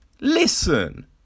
listen